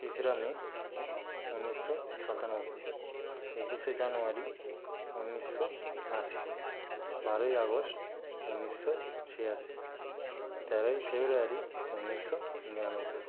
তেসরা মে উনিশশো সাতানব্বই একুশে জানুয়ারি উনিশশো আশি বারোই আগস্ট উনিশশো ছিয়াশি তেরোই ফেব্রুয়ারি উনিশশো নিরানব্বই